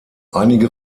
einige